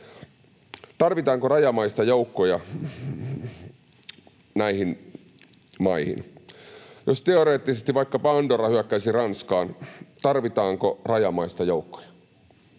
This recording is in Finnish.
tarvitaanko rajamaista joukkoja näihin maihin? Jos teoreettisesti vaikkapa Andorra hyökkäisi Ranskaan, tarvitaanko rajamaista joukkoja?